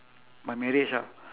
my marriage ah